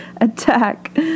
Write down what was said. attack